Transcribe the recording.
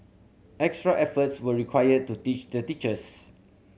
extra efforts were required to teach the teachers